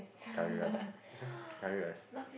curry rice curry rice